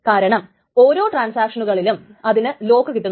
കാരണം ഓരോ ട്രാൻസാക്ഷനുകളിലും ഇതിന് ലോക്ക് കിട്ടുന്നു